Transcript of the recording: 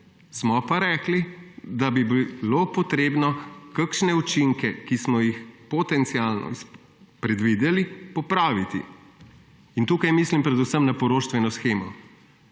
Smo pa rekli, da bi bilo potrebno kakšne učinke, ki smo jih potencialno predvideli, popraviti. Tukaj mislim predvsem na poroštveno shemo.